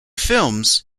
films